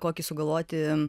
kokį sugalvoti